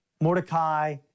Mordecai